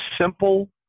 simple